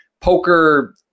poker